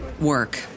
work